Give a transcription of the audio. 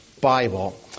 Bible